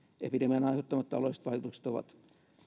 epidemian aiheuttamat taloudelliset vaikutukset ovat